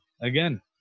again